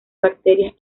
bacterias